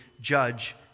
judge